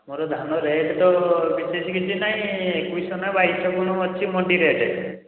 ମୋର ଧାନ ରେଟ୍ ତ ବିଶେଷ କିଛି ନାହିଁ ଏକୋଇଶହ ନା ବାଇଶହ କ'ଣ ଅଛି ମଣ୍ଡି ରେଟ୍